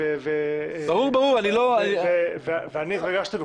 ואני התרגשתי...